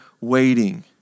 waiting